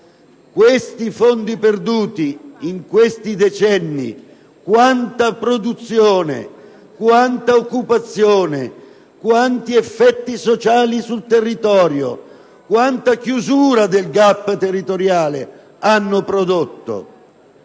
Tali fondi perduti in questi decenni quanta produzione, quanta occupazione, quanti effetti sociali sul territorio, quanta chiusura del *gap* territoriale hanno prodotto?